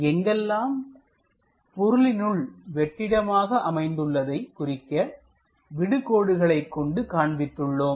எங்கெல்லாம் பொருளினுள் வெற்றிடமாக அமைந்துள்ளதை குறிக்க விடுகோடுகளை கொண்டு காண்பித்து உள்ளோம்